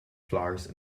flowers